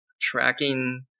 tracking